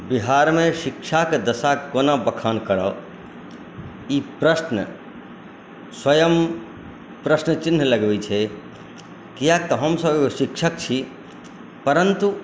बिहारमे शिक्षाके दशा कोना बखान करब ई प्रश्न स्वयं प्रश्न चिह्न लगबैत छै कियाक तऽ हमसभ स्वयं शिक्षक छी परन्तु